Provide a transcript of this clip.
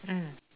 mm